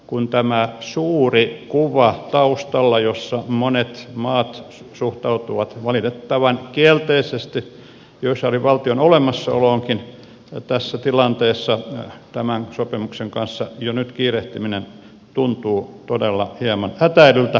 kun taustalla on tämä suuri kuva jossa monet maat suhtautuvat valitettavan kielteisesti israelin valtion olemassaoloonkin niin tässä tilanteessa tämän sopimuksen kanssa jo nyt kiirehtiminen tuntuu todella hieman hätäilyltä